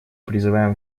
призывам